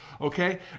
Okay